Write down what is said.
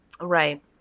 Right